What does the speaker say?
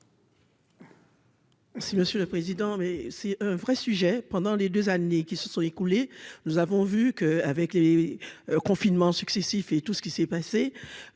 Si Monsieur le Président, mais c'est un vrai sujet pendant les 2 années qui se sont écoulées, nous avons vu que, avec les confinements successifs et tout ce qui s'est passé